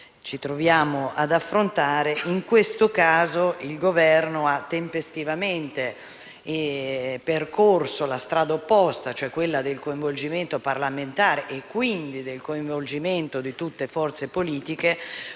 ci troviamo ad affrontare. In questo caso, il Governo ha tempestivamente percorso la strada opposta, cioè quella del coinvolgimento parlamentare e quindi di tutte le forze politiche,